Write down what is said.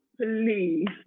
please